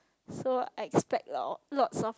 so I expect lots lots of